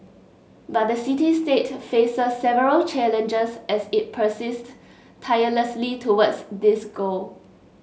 but the city state faces several challenges as it persists tirelessly towards this goal